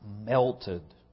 melted